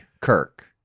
Kirk